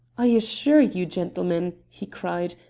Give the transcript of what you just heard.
i assure you, gentlemen, he cried,